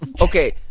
okay